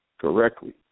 correctly